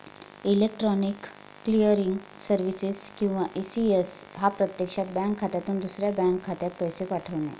electronic clearing services किंवा ECS हा प्रत्यक्षात बँक खात्यातून दुसऱ्या बँक खात्यात पैसे पाठवणे